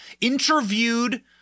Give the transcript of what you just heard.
interviewed